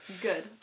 Good